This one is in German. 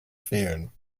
fehlen